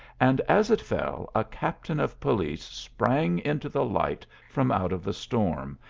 and as it fell a captain of police sprang into the light from out of the storm,